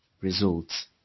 results